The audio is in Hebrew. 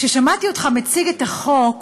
כששמעתי אותך מציג את החוק,